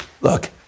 Look